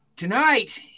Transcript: Tonight